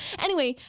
anyway,